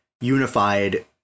unified